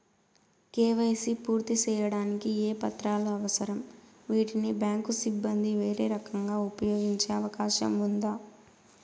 KYC పూర్తి సేయడానికి ఏ పత్రాలు అవసరం, వీటిని బ్యాంకు సిబ్బంది వేరే రకంగా ఉపయోగించే అవకాశం ఉందా?